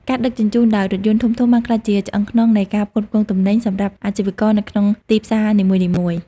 ការដឹកជញ្ជូនដោយរថយន្តធំៗបានក្លាយជាឆ្អឹងខ្នងនៃការផ្គត់ផ្គង់ទំនិញសម្រាប់អាជីវករនៅក្នុងទីផ្សារនីមួយៗ។